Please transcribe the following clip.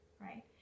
right